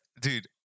Dude